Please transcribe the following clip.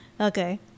Okay